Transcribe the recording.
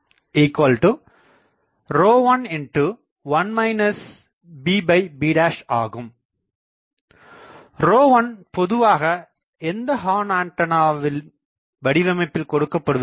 1பொதுவாக எந்த ஹார்ன்ஆண்டனாவின் வடிவமைப்பில் கொடுக்கப்படுவதில்லை